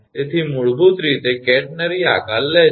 તેથી મૂળભૂત રીતે કેટરનરી આકાર લે છે